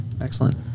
Excellent